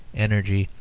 energy,